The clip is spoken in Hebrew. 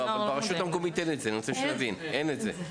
לא, אני רוצה שנבין שברשות המקומית אין את זה.